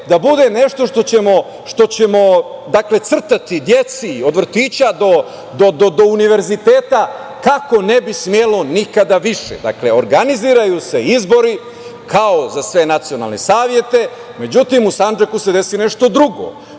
da bude nešto što ćemo crtati deci od vrtića do univerziteta kako ne bi smelo nikada više. Dakle, organizuju se izbori kao za sve nacionalne savete. Međutim, u Sandžaku se desi nešto drugo.